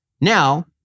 Now